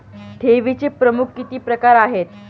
ठेवीचे प्रमुख किती प्रकार आहेत?